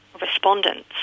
respondents